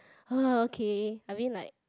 uh okay I mean like